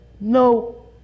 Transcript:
No